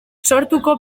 sortuko